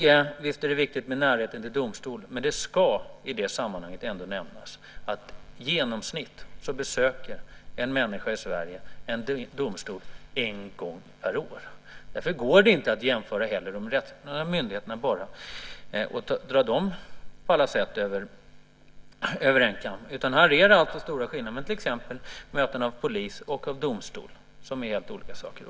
Visst är det viktigt med närhet till domstol, men det ska i sammanhanget ändå nämnas att en människa i Sverige i genomsnitt besöker en domstol en gång per år. Därför går det inte att jämföra alla de rättsvårdande myndigheterna och dra dem över en kam. Här är det alltså stora skillnader mellan till exempel mötet med polis och med domstol. Det är helt olika saker.